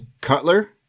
Cutler